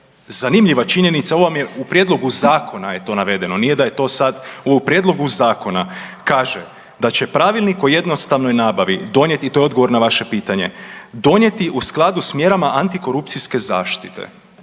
zanimljiva činjenica, ovo vam je u prijedlogu zakona je to navedeno, nije da je to sad u prijedlogu zakona kaže da će Pravilnik o jednostavnoj nabavi donijeti i to je odgovor na vaše pitanje, donijeti u skladu sa mjerama antikorupcijske zaštite.